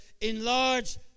Enlarge